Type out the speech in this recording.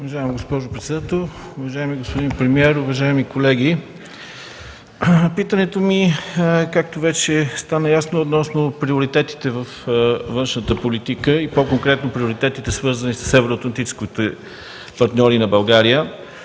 Уважаема госпожо председател, уважаеми господин премиер, уважаеми колеги! Питането ми, както вече стана ясно, е относно приоритетите във външната политика и по-конкретно приоритетите, свързани с евроатлантическите партньори на България.